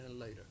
later